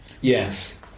yes